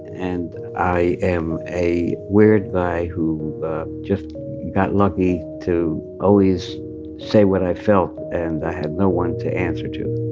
and i am a weird guy who just got lucky to always say what i felt. and i had no one to answer to